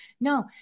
No